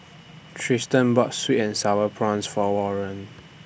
Triston bought Sweet and Sour Prawns For Warren